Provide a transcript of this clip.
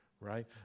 right